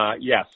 Yes